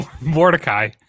Mordecai